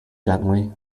gently